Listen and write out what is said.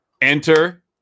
Enter